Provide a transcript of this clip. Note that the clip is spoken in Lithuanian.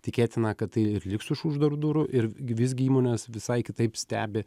tikėtina kad tai ir liks už uždarų durų ir g visgi įmonės visai kitaip stebi